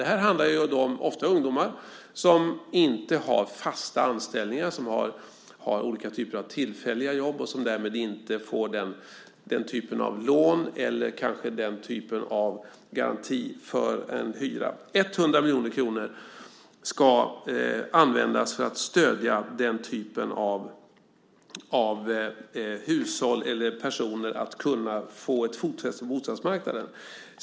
Det handlar ofta om ungdomar som inte har fasta anställningar, som har olika typer av tillfälliga jobb och som kanske därmed inte får lån eller någon typ av garanti när det gäller att betala hyran. 100 miljoner kronor ska användas för att stödja den typen av hushåll eller personer när det gäller att kunna få ett fotfäste på bostadsmarknaden.